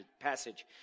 passage